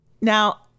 Now